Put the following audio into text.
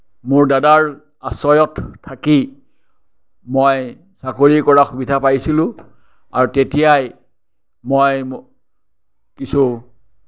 মোৰ দাদাৰ আশ্ৰয়ত থাকি মই চাকৰি কৰাৰ সুবিধা পাইছিলো আৰু তেতিয়াই মই কিছু